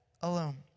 alone